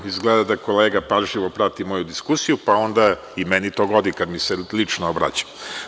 Izgleda da kolega pažljivo prati moju diskusiju, pa i meni to godi kada mi se lično obraća.